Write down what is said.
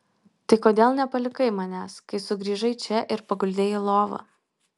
tai kodėl nepalikai manęs kai sugrįžai čia ir paguldei į lovą